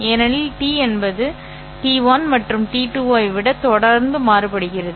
ஏனெனில் t என்பது t1 மற்றும் t2 ஐ விட தொடர்ந்து மாறுபடுகிறது